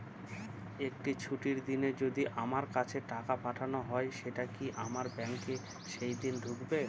একটি ছুটির দিনে যদি আমার কাছে টাকা পাঠানো হয় সেটা কি আমার ব্যাংকে সেইদিন ঢুকবে?